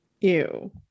Ew